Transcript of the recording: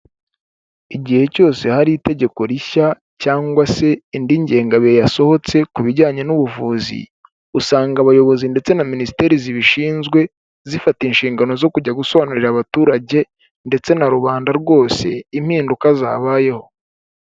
Igihe cyose hari itegeko rishya cyangwa se indi ngengabihe yasohotse ku bijyanye n'ubuvuzi, usanga abayobozi ndetse na minisiteri zibishinzwe, zifata inshingano zo kujya gusobanurira abaturage, ndetse na rubanda rwose impinduka zabayeho.